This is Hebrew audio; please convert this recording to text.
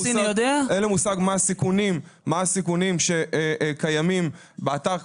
אין לו מושג מה הסיכונים שקיימים באתר.